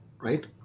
right